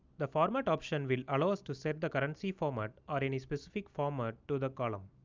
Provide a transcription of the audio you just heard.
the format option will allow us to set the currency format or any specific format to the column.